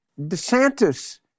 DeSantis